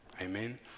Amen